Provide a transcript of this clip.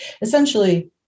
essentially